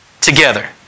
together